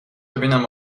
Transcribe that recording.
ببینم